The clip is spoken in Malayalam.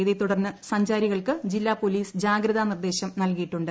ഇതേ തുടർന്ന് സഞ്ചാരികൾക്ക് ജില്ലാ പോലീസ് ജാഗ്രതാ നിർദ്ദേശം നൽകിയിട്ടുണ്ട്